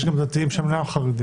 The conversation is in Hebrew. יש גם דתיים שהם אינם חרדים.